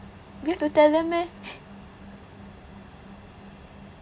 we have to tell them meh